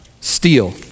steal